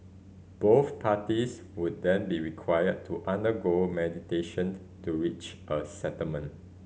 both parties would then be required to undergo meditation to reach a settlement